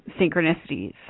synchronicities